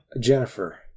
Jennifer